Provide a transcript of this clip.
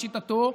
לשיטתו,